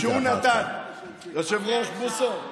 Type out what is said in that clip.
היושב-ראש בוסו,